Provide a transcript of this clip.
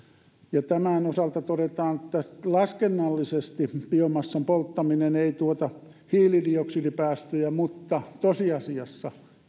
tämän osalta todetaan vielä että laskennallisesti biomassan polttaminen ei tuota hiilidioksidipäästöjä mutta tosiasiassa